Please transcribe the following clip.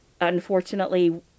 Unfortunately